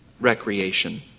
recreation